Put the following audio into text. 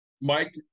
Mike